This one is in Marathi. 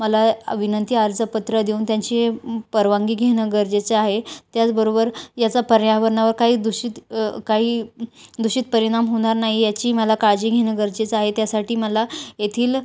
मला विनंती अर्जपत्र देऊन त्यांची परवानगी घेणं गरजेचं आहे त्याचबरोबर याचा पर्यावरणावर काही दूषित काही दूषित परिणाम होणार नाही याची मला काळजी घेणं गरजेचं आहे त्यासाठी मला येथील